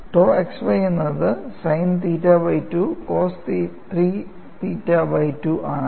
tau xy എന്നത് sine theta by 2 cos 3 theta by 2 ആണ്